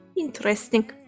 Interesting